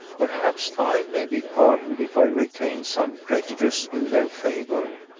perhaps i may be pardoned if i retain some prejudice in their favour.